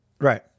Right